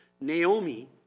Naomi